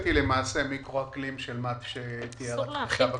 היא למעשה מיקרו אקלים של מה שתיאר החשב הכללי.